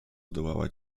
zdołała